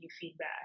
feedback